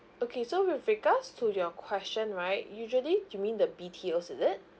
okay so with regards to your question right usually you mean the B_T_Os is it